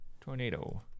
Tornado